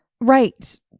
right